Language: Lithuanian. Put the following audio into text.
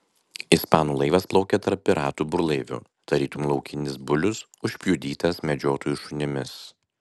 ispanų laivas plaukė tarp piratų burlaivių tarytum laukinis bulius užpjudytas medžiotojų šunimis